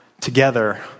together